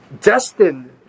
destined